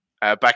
back